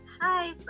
Hi